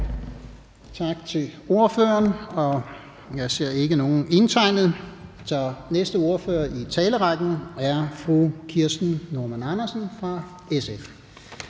Tak til ordføreren. Jeg ser ikke nogen indtegnet. Den næste ordfører i talerrækken er fru Kirsten Normann Andersen fra SF.